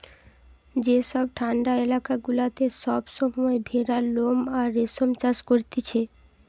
যেসব ঠান্ডা এলাকা গুলাতে সব সময় ভেড়ার লোম আর রেশম চাষ করতিছে